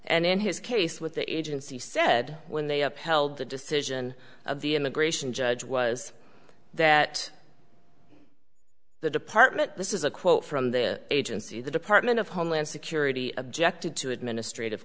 and in his case with the agency said when they upheld the decision of the immigration judge was that the department this is a quote from the agency the department of homeland security objected to administrative